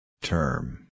Term